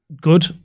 good